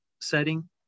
setting